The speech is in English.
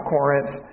Corinth